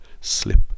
slip